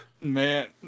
man